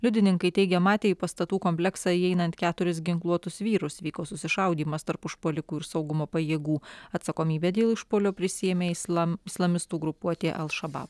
liudininkai teigė matę į pastatų kompleksą įeinant keturis ginkluotus vyrus vyko susišaudymas tarp užpuolikų ir saugumo pajėgų atsakomybę dėl išpuolio prisiėmė islam islamistų grupuotė al šabab